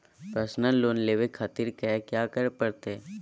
Personal loan लेवे खातिर कया क्या करे पड़तइ?